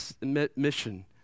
mission